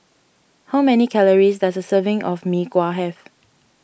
how many calories does a serving of Mee Kuah have